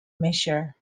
measure